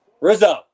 Rizzo